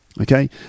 Okay